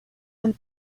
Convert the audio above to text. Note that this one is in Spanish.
del